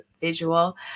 visual